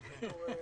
רבותיי